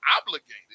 obligated